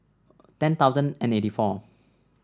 ten thousand and eighty four